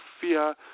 fear